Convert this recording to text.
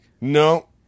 No